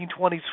1920s